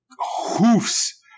hoofs